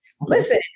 Listen